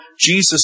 Jesus